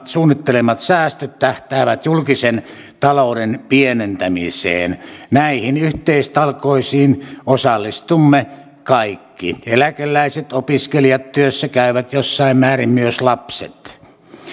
suunnittelemat säästöt tähtäävät julkisen talouden pienentämiseen näihin yhteistalkoisiin osallistumme kaikki eläkeläiset opiskelijat työssä käyvät jossain määrin myös lapset